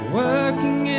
working